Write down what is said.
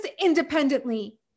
independently